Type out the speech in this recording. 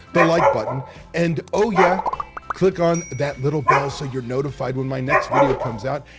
the like button and oh yeah click on that little bell. so you're notified when my next video comes out.